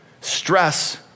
Stress